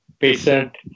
patient